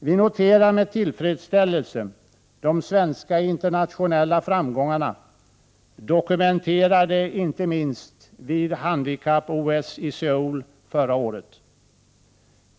Vi noterar med tillfredsställelse de svenska internationella framgångarna, dokumenterade inte minst vid handikapp-OS i Seoul förra året.